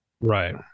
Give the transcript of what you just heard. Right